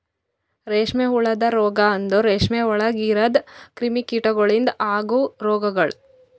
ರೇಷ್ಮೆ ಹುಳದ ರೋಗ ಅಂದುರ್ ರೇಷ್ಮೆ ಒಳಗ್ ಇರದ್ ಕ್ರಿಮಿ ಕೀಟಗೊಳಿಂದ್ ಅಗವ್ ರೋಗಗೊಳ್